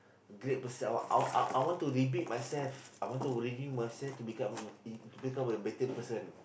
great person I I I want to repeat myself I want to redeem myself to become a E to become a better person